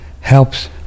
helps